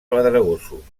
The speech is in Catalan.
pedregosos